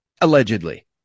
allegedly